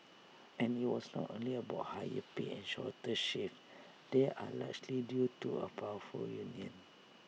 and IT was not only about higher pay and shorter shifts they are largely due to A powerful union